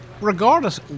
regardless